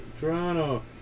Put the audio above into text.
Toronto